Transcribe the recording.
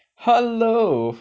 hello